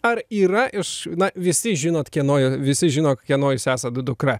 ar yra iš na visi žinot kieno visi žino kieno jūs esat dukra